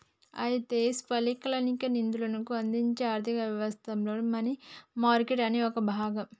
అయితే స్వల్పకాలిక నిధులను అందించే ఆర్థిక వ్యవస్థలో మనీ మార్కెట్ అనేది ఒక భాగం